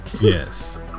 Yes